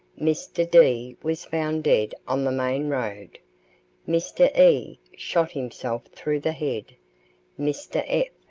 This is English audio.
mr. d. was found dead on the main road mr. e. shot himself through the head mr. f.